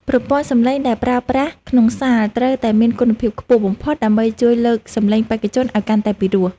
ប្រព័ន្ធសម្លេងដែលប្រើប្រាស់ក្នុងសាលត្រូវតែមានគុណភាពខ្ពស់បំផុតដើម្បីជួយលើកសម្លេងបេក្ខជនឱ្យកាន់តែពិរោះ។